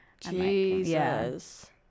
Jesus